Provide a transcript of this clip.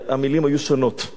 אני אקרא איך שזה כתוב באמת: